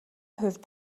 хувьд